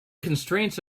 constraints